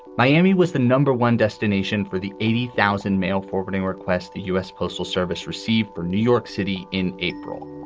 miami was the number one destination for the eighty thousand mail forwarding requests. the u s. postal service received four new york city in april.